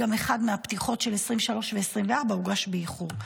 גם אחת מהפתיחות של 2023 ו-2024 הוגשה באיחור.